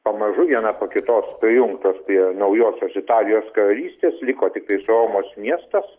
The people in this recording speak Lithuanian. pamažu viena po kitos prijungtos prie naujosios italijos karalystės liko tiktais romos miestas